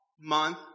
month